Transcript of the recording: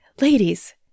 ladies